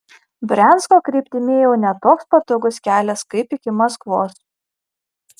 briansko kryptimi ėjo ne toks patogus kelias kaip iki maskvos